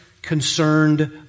concerned